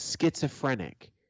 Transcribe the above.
schizophrenic